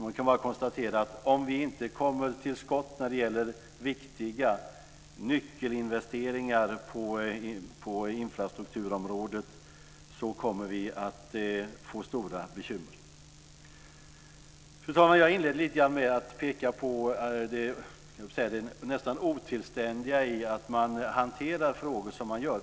Jag kan bara konstatera att om vi inte kommer till skott när det gäller viktiga nyckelinvesteringar på infrastrukturområdet kommer vi att få stora bekymmer. Fru talman! Jag inledde lite grann med att peka på det nästan otillständiga i att man hanterar frågor som man gör.